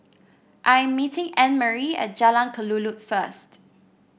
I am meeting Annmarie at Jalan Kelulut first